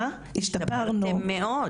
השתפרנו מאוד,